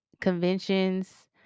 conventions